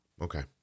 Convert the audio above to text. Okay